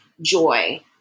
joy